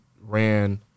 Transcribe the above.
Ran